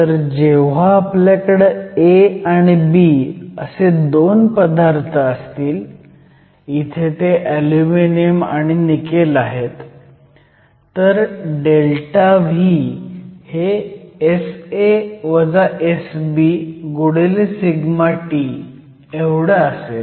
तर जेव्हा आपल्याकडे A आणि B असे 2 पदार्थ असतील इथे ते अल्युमिनियम आणि निकेल आहेत तर ΔV हे SA SB ΔT असेल